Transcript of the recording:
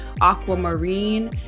aquamarine